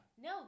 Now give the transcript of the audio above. No